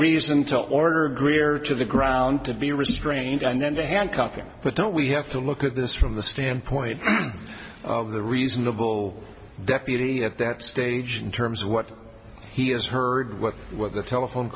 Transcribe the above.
reason to order greer to the ground to be restrained and then to handcuff him but don't we have to look at this from the standpoint of the reasonable deputy at that stage in terms of what he has heard what with the telephone